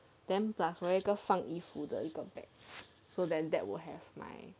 then plus 我一个放衣服的一个 bag so then that will have my 枕头